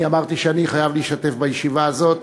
אמרתי שאני חייב להשתתף בישיבה הזאת,